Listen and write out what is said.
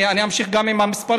אני אמשיך גם עם המספרים.